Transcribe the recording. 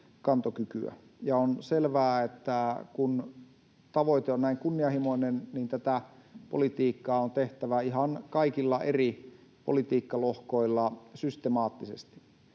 kantokykyä. On selvää, että kun tavoite on näin kunnianhimoinen, tätä politiikkaa on tehtävä ihan kaikilla eri politiikkalohkoilla systemaattisesti.